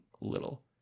little